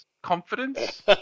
confidence